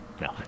no